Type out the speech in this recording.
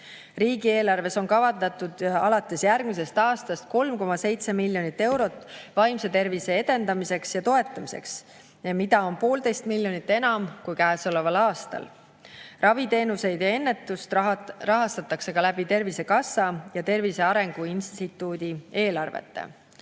Riigieelarves on kavandatud alates järgmisest aastast 3,7 miljonit eurot vaimse tervise edendamiseks ja toetamiseks, mida on 1,5 miljonit enam kui käesoleval aastal. Raviteenuseid ja ennetust rahastatakse ka Tervisekassa ja Tervise Arengu Instituudi eelarvest.